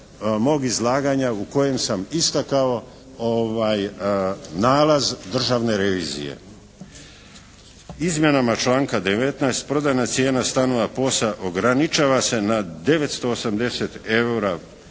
izlaganja u kojem sam istakao nalaz Državne revizije. Izmjenama članak 19. prodajna cijena stanova POS-a ograničava se na 980 evra